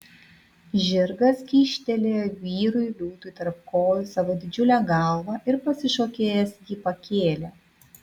žirgas kyštelėjo vyrui liūtui tarp kojų savo didžiulę galvą ir pasišokėjęs jį pakėlė